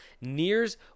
Nears